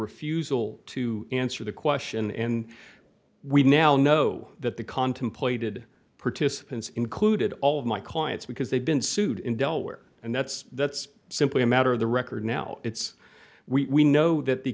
refusal to answer the question and we now know that the contemplated participants included all of my clients because they've been sued in delaware and that's that's simply a matter of the record now it's we know that the